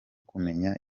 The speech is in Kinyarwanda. kumenya